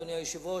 אדוני היושב-ראש,